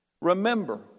Remember